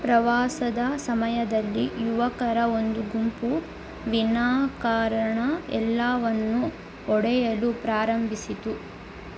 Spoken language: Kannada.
ಪ್ರವಾಸದ ಸಮಯದಲ್ಲಿ ಯುವಕರ ಒಂದು ಗುಂಪು ವಿನಾಕಾರಣ ಎಲ್ಲವನ್ನು ಒಡೆಯಲು ಪ್ರಾರಂಭಿಸಿತು